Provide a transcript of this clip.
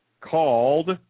called